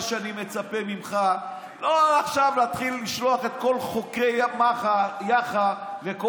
מה שאני מצפה ממך: לא להתחיל עכשיו לשלוח את כל חוקרי היאח"ה וכל